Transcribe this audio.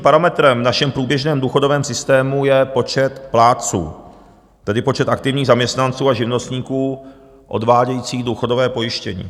Klíčovým parametrem v našem průběžném důchodovém systému je počet plátců, tedy počet aktivních zaměstnanců a živnostníků odvádějících důchodové pojištění.